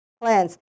plans